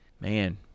Man